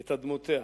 את אדמותיה,